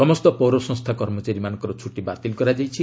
ସମସ୍ତ ପୌରସଫସ୍ଥା କର୍ମଚାରୀମାନଙ୍କ ଛୁଟି ବାତିଲ କରାଯାଇଛି